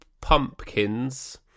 pumpkins